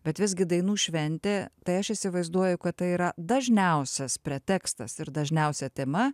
bet visgi dainų šventė tai aš įsivaizduoju kad tai yra dažniausias pretekstas ir dažniausia tema